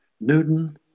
Newton